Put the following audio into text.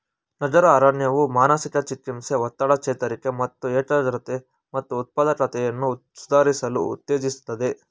ನಗರ ಅರಣ್ಯವು ಮಾನಸಿಕ ಚಿಕಿತ್ಸೆ ಒತ್ತಡ ಚೇತರಿಕೆ ಮತ್ತು ಏಕಾಗ್ರತೆ ಮತ್ತು ಉತ್ಪಾದಕತೆಯನ್ನು ಸುಧಾರಿಸಲು ಉತ್ತೇಜಿಸ್ತದೆ